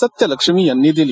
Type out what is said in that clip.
सत्यलक्ष्मी यांनी दिली